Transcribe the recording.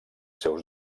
seus